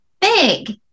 big